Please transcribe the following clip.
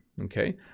Okay